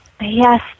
Yes